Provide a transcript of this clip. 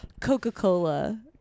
Coca-Cola